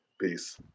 Peace